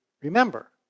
remember